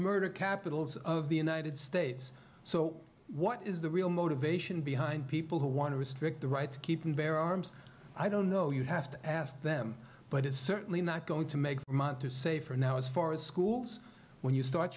murder capitals of the united states so what is the real motivation behind people who want to restrict the right to keep and bear arms i don't know you'd have to ask them but it's certainly not going to make money to say for now as far as schools when you start